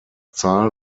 zahl